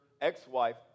ex-wife